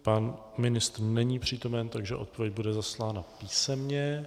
Pan ministr není přítomen, takže odpověď bude zaslána písemně.